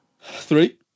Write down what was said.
Three